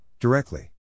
directly